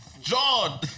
John